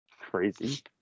crazy